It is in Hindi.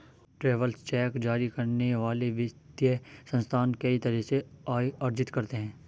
ट्रैवेलर्स चेक जारी करने वाले वित्तीय संस्थान कई तरह से आय अर्जित करते हैं